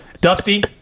Dusty